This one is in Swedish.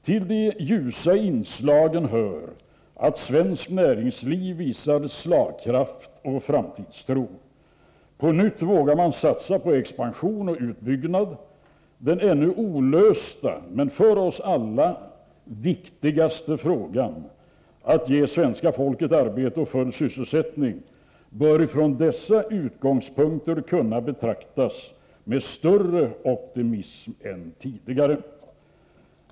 Till de ljusa inslagen hör att svenskt näringsliv visar slagkraft och framtidstro. På nytt vågar man satsa på expansion och utbyggnad. Den ännu olösta men för oss alla viktigaste frågan — att ge svenska folket arbete och full sysselsättning — bör från dessa utgångspunkter kunna betraktas med större optimism än tidigare.